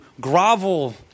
grovel